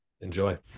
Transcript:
enjoy